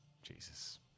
Jesus